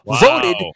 voted